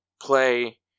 play